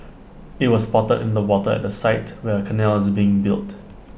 IT was spotted in the water at the site where A canal is being built